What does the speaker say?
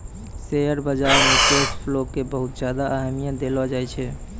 share बाजार मे cash flow के बहुत ज्यादा अहमियत देलो जाए छै